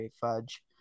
fudge